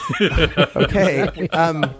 Okay